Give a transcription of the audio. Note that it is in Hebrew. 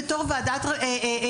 בתור יו״ר ועדת חינוך,